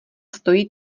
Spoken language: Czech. stojí